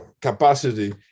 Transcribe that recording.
capacity